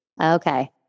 Okay